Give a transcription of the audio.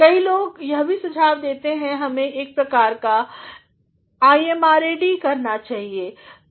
कई लोग यह भी सुझाव देते हैं कि हमें एक प्रकार कीIMRAD करनी चाहिए